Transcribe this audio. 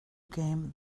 game